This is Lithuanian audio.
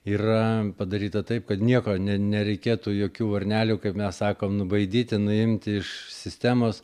yra padaryta taip kad nieko ne nereikėtų jokių varnelių kaip mes sakom nubaidyti nuimti iš sistemos